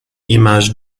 image